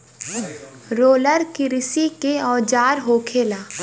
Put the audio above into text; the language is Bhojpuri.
रोलर किरसी के औजार होखेला